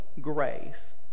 grace